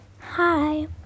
Hi